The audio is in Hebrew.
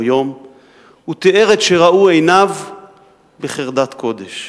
יום"; הוא תיאר את שראו עיניו בחרדת קודש.